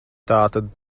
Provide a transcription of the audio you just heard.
tātad